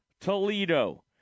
Toledo